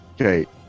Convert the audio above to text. Okay